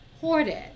hoarded